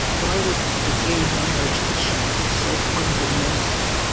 why would the gay marriage issue be so fundamental